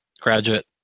graduate